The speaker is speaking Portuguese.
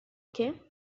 que